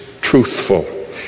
truthful